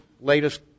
latest